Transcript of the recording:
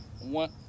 One